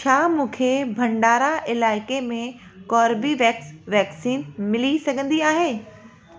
छा मूंखे भंडारा इलाइक़े में कोर्बीवेक्स वैक्सीन मिली सघंदी आहे